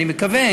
אני מקווה,